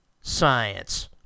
Science